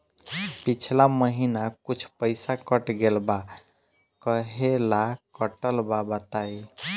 पिछला महीना कुछ पइसा कट गेल बा कहेला कटल बा बताईं?